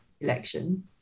election